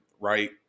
right